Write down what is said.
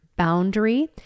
boundary